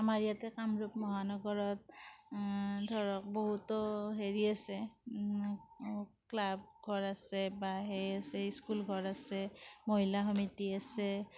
আমাৰ ইয়াতে কামৰূপ মহানগৰত ধৰক বহুতো হেৰি আছে ক্লাব ঘৰ আছে বা হেই আছে স্কুল ঘৰ আছে মহিলা সমিতি আছে